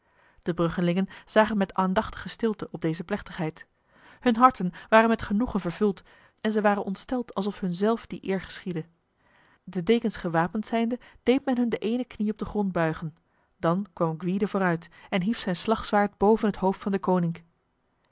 de bruggelingen zagen met aandachtige stilte op deze plechtigheid hun harten waren met genoegen vervuld en zij waren ontsteld alsof hun zelf die eer geschiedde de dekens gewapend zijnde deed men hun de ene knie op de grond buigen dan kwam gwyde vooruit en hief zijn slagzwaard boven het hoofd van